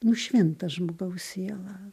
nušvinta žmogaus siela